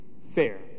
fair